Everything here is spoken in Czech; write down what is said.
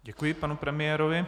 Děkuji panu premiérovi.